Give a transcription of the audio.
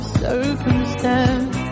circumstance